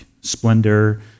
splendor